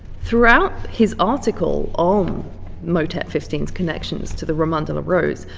throughout his article on motet fifteen, connections to the roman de la rose,